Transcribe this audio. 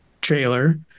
trailer